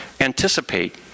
anticipate